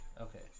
Okay